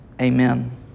Amen